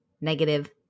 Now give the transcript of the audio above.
negative